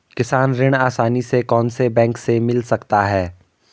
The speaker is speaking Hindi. किसान ऋण आसानी से कौनसे बैंक से मिल सकता है?